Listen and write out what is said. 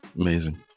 Amazing